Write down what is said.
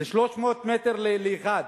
זה 300 מטר לאחד.